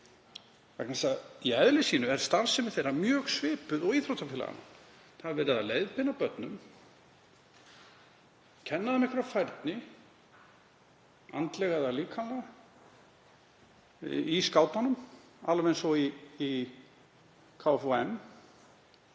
vegna þess að í eðli sínu er starfsemi þeirra mjög svipuð og íþróttafélaganna. Það er verið að leiðbeina börnum, kenna þeim einhverja færni, andlega eða líkamlega, í skátunum alveg eins og í KFUM